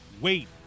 wait